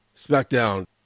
Smackdown